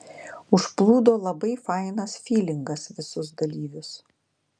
užplūdo labai fainas fylingas visus dalyvius